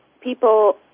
people